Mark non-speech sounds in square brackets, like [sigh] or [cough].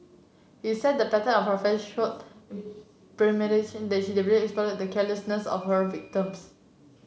he said the pattern of her [unintelligible] showed premeditation in that she deliberately exploited the carelessness of her victims